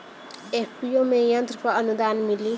FPO में यंत्र पर आनुदान मिँली?